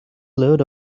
load